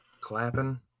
clapping